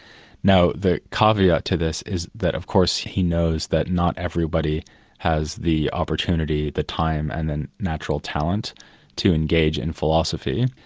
now, the caveat to this is that, of course, he knows that not everybody has the opportunity, the time and the natural talent to engage in philosophy.